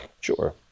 Sure